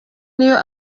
niyo